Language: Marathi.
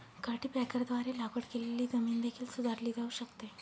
कल्टीपॅकरद्वारे लागवड केलेली जमीन देखील सुधारली जाऊ शकते